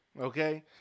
okay